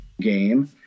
game